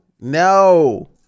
no